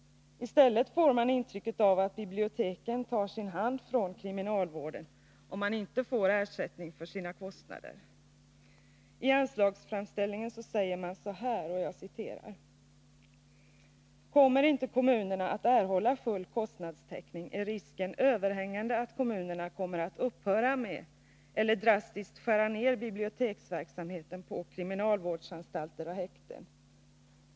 I stället får man intrycket att biblioteken tar sin hand från kriminalvården om man inte får ersättning för sina kostnader. I anslagsframställningen säger man så här: ”Kommer inte kommunerna att erhålla full kostnadstäckning är risken överhängande att kommunerna kommer att upphöra med eller drastiskt skära ned biblioteksverksamheten på kriminalvårdsanstalter och häkten.